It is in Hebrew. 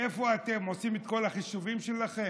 איפה אתם, עושים את כל החישובים שלכם?